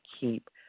keep